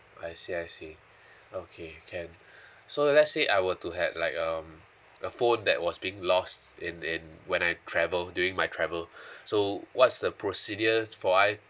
I see I see okay can so let's say I were to had like um a phone that was being lost in in when I travel during my travel so what's the procedure for I